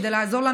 כדי לעזור לנו,